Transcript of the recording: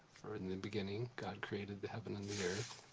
for in the beginning god created the heaven and the earth.